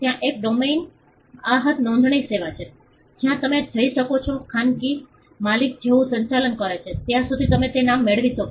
ત્યાં એક ડોમેઇન આહ નોંધણી સેવા છે જ્યાં તમે જઈ શકો છો ખાનગી લિંક જેવું સંચાલન કરે છે ત્યાં સુધી તમે તે નામ મેળવી શકો